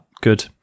good